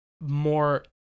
more